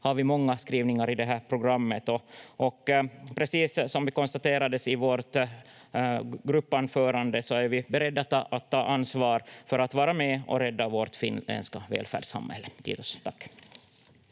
har vi många skrivningar i det här programmet. Precis som det konstaterades i vårt gruppanförande så är vi beredda att ta ansvar för att vara med och rädda vårt finländska välfärdssamhälle. — Kiitos, tack.